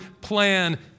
plan